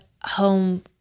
home